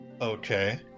okay